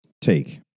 Take